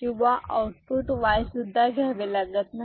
किंवा output Y सुद्धा घ्यावे लागत नाही